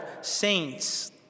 saints